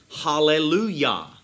hallelujah